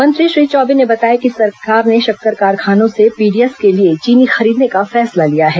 मंत्री श्री चौबे ने बताया कि सरकार ने शक्कर कारखानों से पीडीएस के लिए चीनी खरीदने का फैसला लिया है